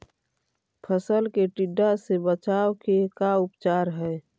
फ़सल के टिड्डा से बचाव के का उपचार है?